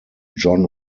john